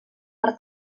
per